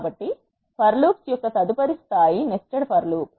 కాబట్టి for loops యొక్క తదుపరి స్థాయి నెస్టడ్ ఫర్ లూప్